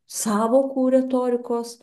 sąvokų retorikos